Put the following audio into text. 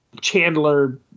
Chandler